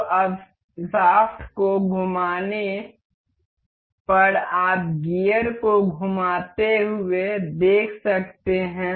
तो अब इस शाफ्ट को घुमाने पर आप गियर को घुमाते हुए देख सकते हैं